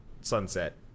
sunset